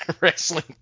wrestling